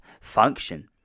function